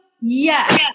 Yes